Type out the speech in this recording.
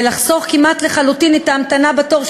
ולחסוך כמעט לחלוטין את ההמתנה בתור,